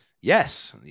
Yes